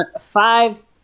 five